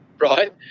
right